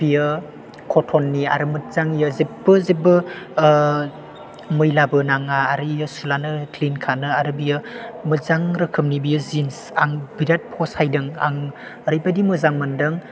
बियो कटननि आरो मोजां बियो जेबो जेबो ओ मैलाबो नाङा आरो गयो सुब्लानो क्लिन खारो आरो बियो मोजां रोखोमनि जिन्स आं बिराद फसायदों आं ओरैबादि मोजां मोन्दों